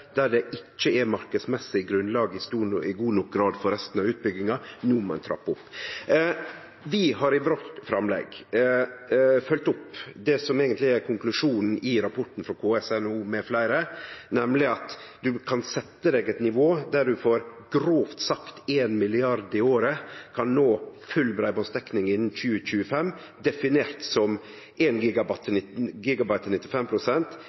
der det ikkje i god nok grad er marknadsmessig grunnlag for resten av utbygginga – no må ein trappe opp. Vi har i vårt framlegg følgt opp det som eigentleg er konklusjonen i rapporten frå KS, NHO med fleire, nemleg at ein kan setje eit nivå der ein grovt sagt for 1 mrd. kr i året kan nå full breibanddekning innan 2025, definert som